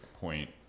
point